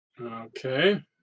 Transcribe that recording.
Okay